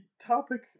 topic